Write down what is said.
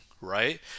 right